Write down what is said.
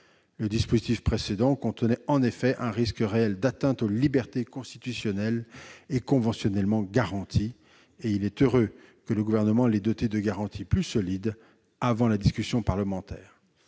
Le dispositif précédent contenait en effet un risque réel d'atteinte aux libertés constitutionnelles et conventionnellement garanties. Il est heureux que le Gouvernement ait doté le texte de garanties plus solides avant la discussion parlementaire.